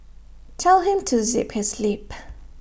tell him to zip his lip